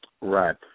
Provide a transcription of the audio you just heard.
Right